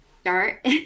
start